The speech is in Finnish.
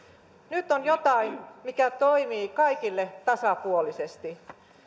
nyt on jotain mikä toimii kaikille tasapuolisesti